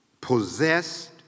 possessed